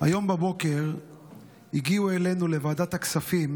היום בבוקר הגיעו אלינו לוועדת הכספים